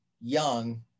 young